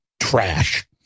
trash